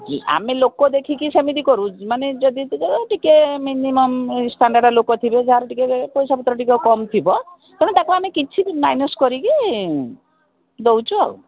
ଆମେ ଲୋକ ଦେଖିକି ସେମିତି କରୁ ମାନେ ଯଦି ଟିକେ ମାନେ ମିନିମମ୍ ଷ୍ଟାଣ୍ଡାର୍ଡ଼ର ଲୋକ ଥିବେ ଯାହାର ଟିକେ ପଇସା ପତ୍ର ଟିକେ କମ୍ ଥିବ ତେଣୁ ତା'କୁ ଆମେ କିଛି ବି ମାଇନସ୍ କରିକି ଦେଉଛୁ ଆଉ